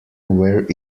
where